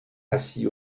assis